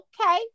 okay